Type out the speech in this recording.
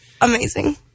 amazing